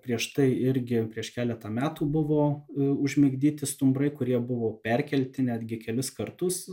prieš tai irgi prieš keletą metų buvo užmigdyti stumbrai kurie buvo perkelti netgi kelis kartus